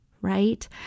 right